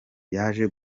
yaje